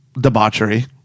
debauchery